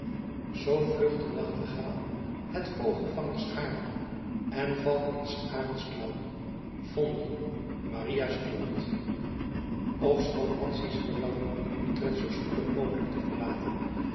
zoo vlught de nachtegael het vogelvangers garen en valt in s arends klaauw vondel maria stuart ofschoon madzy's verlangen om utrecht zoo spoedig mogelijk te verlaten